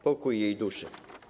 Pokój jej duszy.